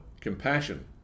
compassion